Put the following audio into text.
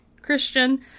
Christian